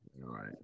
right